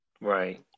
right